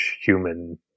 human